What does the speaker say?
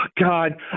God